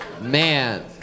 Man